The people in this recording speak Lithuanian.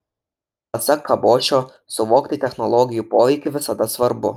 pasak kabošio suvokti technologijų poveikį visada svarbu